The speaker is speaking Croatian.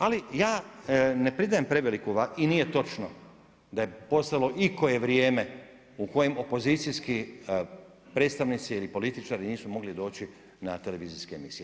Ali ja ne pridajem preveliku važnost, i nije točno da je postalo ikoje vrijeme u kojem opozicijski predstavnici ili političari nisu mogli doći na televizijske emisije.